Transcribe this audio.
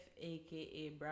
aka